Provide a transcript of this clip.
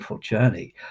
journey